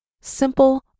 simple